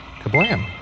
kablam